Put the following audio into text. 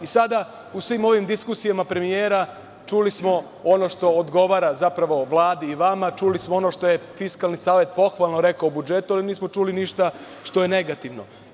I sada u svim ovim diskusijama premijera čuli smo ono što odgovara Vladi i vama, čuli smo ono što je Fiskalni savet pohvalno rekao o budžetu, ali nismo čuli ništa što je negativno.